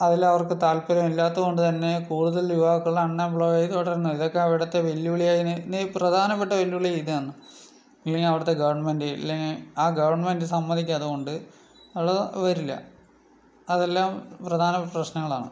അതിലവർക്ക് താൽപ്പര്യം ഇല്ലാത്തത് കൊണ്ട് തന്നെ കൂടുതൽ യുവാക്കൾ അൺഎംപ്ലോയ്ഡ് തുടർന്ന് ഇതൊക്കെ അവിടുത്തെ വെല്ലുവിളിയായി പ്രധാനപ്പെട്ട വെല്ലുവിളി ഇതാണ് ഇല്ലെങ്കിൽ അവിടുത്തെ ഗവൺമെന്റ് ആ ഗവണ്മെന്റ് സമ്മതിക്കാത്തത് കൊണ്ട് അവിടെ അത് വരില്ല അതെല്ലം പ്രധാന പ്രശ്നങ്ങളാണ്